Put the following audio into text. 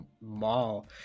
mall